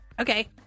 Okay